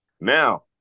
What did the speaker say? Now